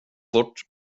fort